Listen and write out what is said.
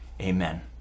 amen